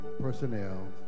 personnel